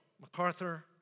MacArthur